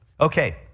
Okay